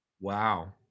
Wow